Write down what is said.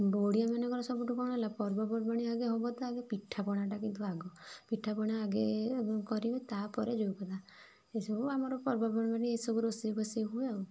ଓଡିଆ ମାନଙ୍କର ସବୁଠୁ କଣ ହେଲା ପର୍ବପର୍ବାଣୀ ଆଗେ ହବ ତ ଆଗେ ପିଠା ପଣା କିନ୍ତୁ ଆଗ ପିଠାପଣା ଆଗେ କରିବେ ତାପରେ ଯେଉଁ କଥା ଏ ସବୁ ଆମର ପର୍ବପର୍ବାଣୀ ଏ ସବୁ ରୋଷେଇଫୋଷେଇ ହୁଏ ଆଉ